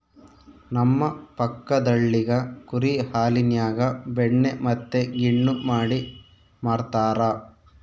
ನಮ್ಮ ಪಕ್ಕದಳ್ಳಿಗ ಕುರಿ ಹಾಲಿನ್ಯಾಗ ಬೆಣ್ಣೆ ಮತ್ತೆ ಗಿಣ್ಣು ಮಾಡಿ ಮಾರ್ತರಾ